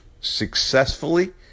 successfully